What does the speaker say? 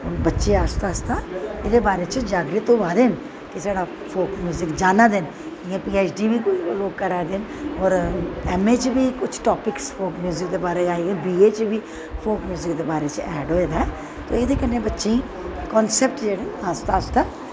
बच्चे आस्ता आस्ता एह्दे बारे च जागरत होआ दे न ते साढ़ा फोक म्युजिक जाना दे न इ'यां पी ऐच डी बी कुछ लोग करा दे न कुछ ऐम ए च बी टापिक म्युजिक च आए देन न ऐम च बी फोक म्युजिक दे बारे च ऐड़ होए दा ऐ ते एह्दे बारे च बच्चें गी कन्सैप्ट आस्ता आस्ता